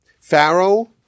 Pharaoh